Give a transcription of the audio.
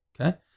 okay